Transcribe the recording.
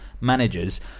managers